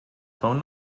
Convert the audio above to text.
phone